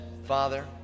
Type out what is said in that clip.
Father